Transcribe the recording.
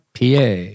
PA